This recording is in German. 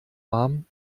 warm